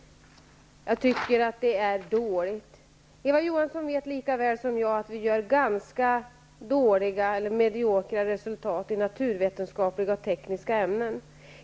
Jag tycker att det är dåligt. Eva Johansson vet lika väl som jag att vi i Sverige har ganska dåliga eller mediokra resultat i naturvetenskapliga och tekniska ämnen.